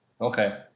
okay